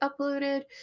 uploaded